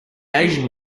asian